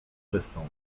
czystą